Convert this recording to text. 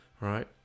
right